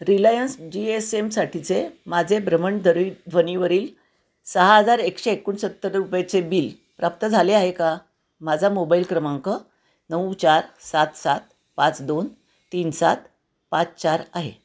Reliance जी एस एमसाठीचे माझे भ्रमणधरी ध्वनीवरील सहा हजार एकशे एकोणसत्तर रुपयेचे बिल प्राप्त झाले आहे का माझा मोबाईल क्रमांक नऊ चार सात सात पाच दोन तीन सात पाच चार आहे